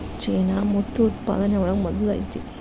ಚೇನಾ ಮುತ್ತು ಉತ್ಪಾದನೆ ಒಳಗ ಮೊದಲ ಐತಿ